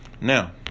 Now